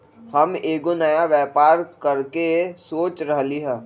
हम एगो नया व्यापर करके सोच रहलि ह